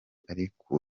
ariko